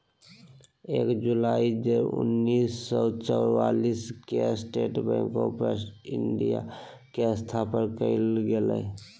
एक जुलाई उन्नीस सौ चौआलिस के स्टेट बैंक आफ़ इंडिया के स्थापना कइल गेलय